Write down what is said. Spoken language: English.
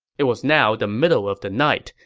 it was now the middle of the night,